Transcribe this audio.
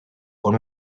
con